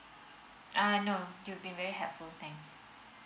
ah no you've been very helpful thanks